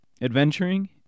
adventuring